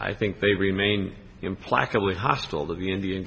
i think they remain implacably hostile to the indian